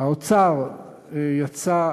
האוצר יצא,